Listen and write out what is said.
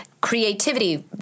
creativity